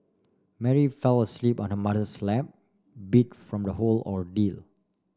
Mary fell asleep on her mother's lap beat from the whole ordeal